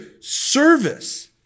service